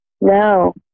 No